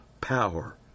power